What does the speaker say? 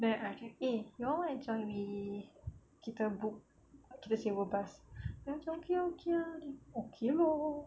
then I kept eh you all want to join me kita book kita sewa bus then macam okay okay ah okay lor